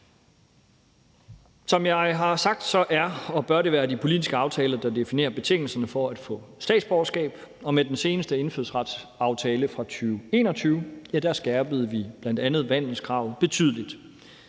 Som jeg har sagt, er og bør det være de politiske aftaler, der definerer betingelserne for at få statsborgerskab, og med den seneste indfødsretsaftale fra 2021 skærpede vi bl.a. vandelskravet betydeligt.